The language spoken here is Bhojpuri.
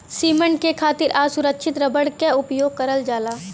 सीमेंट के खातिर असुरछित रबर क उपयोग करल जाला